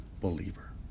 believer